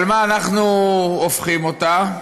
אבל למה אנחנו הופכים אותה?